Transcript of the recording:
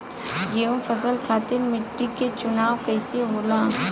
गेंहू फसल खातिर मिट्टी के चुनाव कईसे होला?